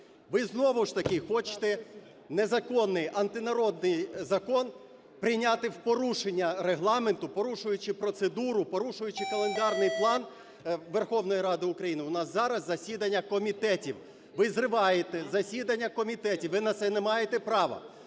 Ви знову ж таки хочете незаконний антинародний закон прийняти в порушення Регламенту, порушуючи процедуру, порушуючи календарний план Верховної Ради України. У нас зараз засідання комітетів. Ви зриваєте засідання комітетів. Ви на це не маєте права.